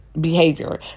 behavior